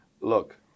Look